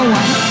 one